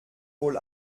wohl